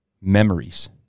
memories